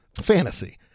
fantasy